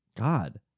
God